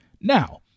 Now